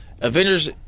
Avengers